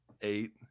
Eight